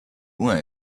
uhr